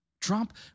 Trump